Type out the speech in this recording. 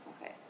Okay